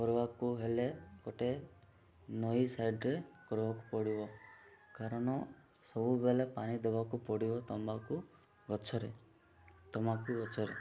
କରିବାକୁ ହେଲେ ଗୋଟେ ନଈ ସାଇଡ଼ରେ କରିବାକୁ ପଡ଼ିବ କାରଣ ସବୁବେଳେ ପାଣି ଦେବାକୁ ପଡ଼ିବ ତମାଖୁ ଗଛରେ ତମାଖୁ ଗଛରେ